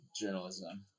Journalism